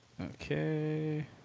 Okay